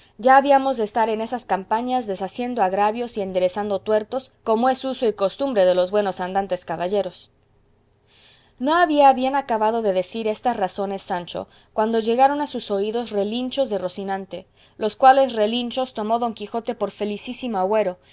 ya habíamos de estar en esas campañas deshaciendo agravios y enderezando tuertos como es uso y costumbre de los buenos andantes caballeros no había bien acabado de decir estas razones sancho cuando llegaron a sus oídos relinchos de rocinante los cuales relinchos tomó don quijote por felicísimo agüero